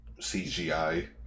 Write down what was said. CGI